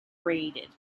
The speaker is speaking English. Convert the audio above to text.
raided